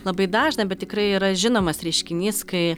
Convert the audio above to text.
labai dažna bet tikrai yra žinomas reiškinys kai